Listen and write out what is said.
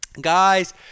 Guys